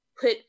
put